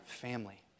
family